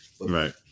Right